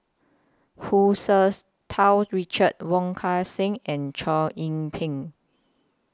Hu Tsu Tau Richard Wong Kan Seng and Chow Yian Ping